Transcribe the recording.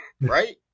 right